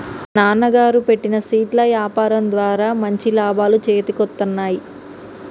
మా నాన్నగారు పెట్టిన స్వీట్ల యాపారం ద్వారా మంచి లాభాలు చేతికొత్తన్నయ్